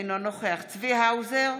אינו נוכח צבי האוזר,